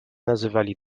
nazywali